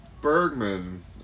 Bergman